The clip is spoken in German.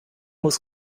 muss